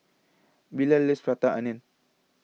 Bilal loves Prata Onion